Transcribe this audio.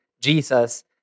Jesus